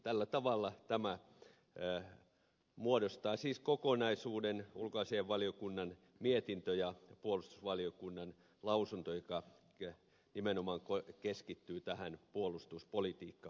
tällä tavalla nämä muodostavat siis kokonaisuuden ulkoasiainvaliokunnan mietintö ja puolustusvaliokunnan lausunto joka nimenomaan keskittyy tähän puolustuspolitiikka osioon